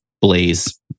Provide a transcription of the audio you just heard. Blaze